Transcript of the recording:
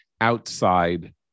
outside